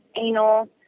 anal